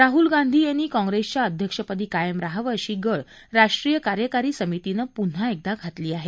राहल गांधी यांनी काँग्रेसच्या अध्यक्षपदी कायम रहावं अशी गळ राष्ट्रीय कार्यकारी समितीनं प्न्हा एकदा घातली आहे